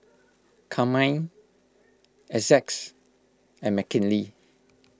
Carmine Essex and Mckinley